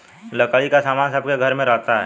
लकड़ी का सामान सबके घर में रहता है